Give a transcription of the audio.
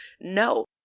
No